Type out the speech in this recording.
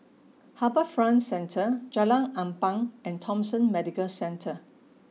HarbourFront Centre Jalan Ampang and Thomson Medical Centre